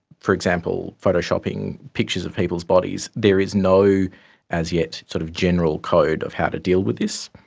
for example photoshopping pictures of people's bodies, there is no as yet sort of general code of how to deal with this.